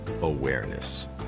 awareness